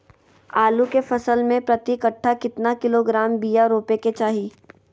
आलू के फसल में प्रति कट्ठा कितना किलोग्राम बिया रोपे के चाहि?